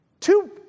Two